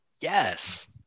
Yes